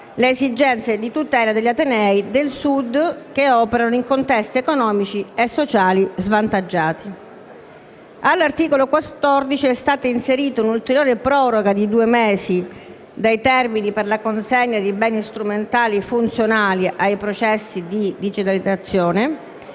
le esigenze di tutela degli atenei del Sud che operano in contesti economici e sociali svantaggiati. All'articolo 14 è stata inserita un'ulteriore proroga di due mesi dei termini per la consegna di beni strumentali funzionali ai processi di digitalizzazione